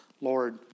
Lord